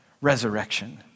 resurrection